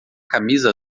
camisa